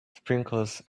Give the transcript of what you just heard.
sprinkles